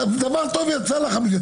אז דבר טוב יצא לך מזה.